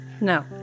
No